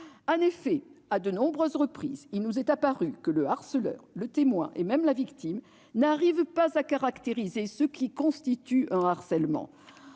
En effet, à de nombreuses reprises, il nous est apparu que le harceleur, le témoin et même la victime n'arrivaient pas à percevoir ce qui caractérise pourtant un harcèlement.